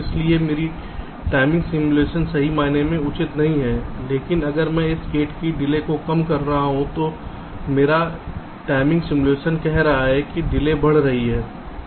इसलिए मेरा timing simulation सही मायने में उचित नहीं है लेकिन अगर मैं एक गेट की डिले को कम कर रहा हूं तो भी मेरा टाइमिंग सिमुलेशन कह रहा है कि डिले बढ़ रही है